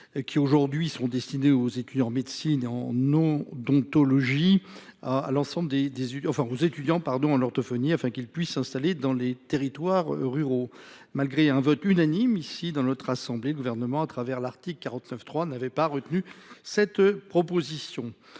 aujourd’hui destinés aux étudiants en médecine et en odontologie, aux étudiants en orthophonie, afin que ces derniers puissent s’installer dans les territoires ruraux. Malgré un vote unanime de notre assemblée, le Gouvernement, en recourant à l’article 49.3, n’avait pas retenu cette proposition.